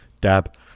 Dab